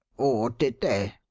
or did they?